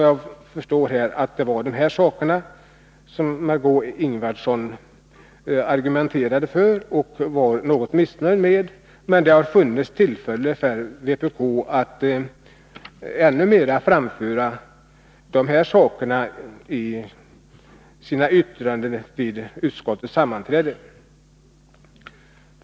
Jag förstår att det var dessa krav som Margé Ingvardsson argumenterade för. Hon var något missnöjd med utskottets behandling, men det har funnits tillfällen för vpk att ännu mer föra fram dessa frågor i yttrandena vid utskottets sammanträden.